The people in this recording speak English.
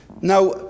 Now